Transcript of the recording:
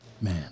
Man